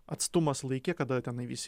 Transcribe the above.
atstumas laike kada tenai vis